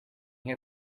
here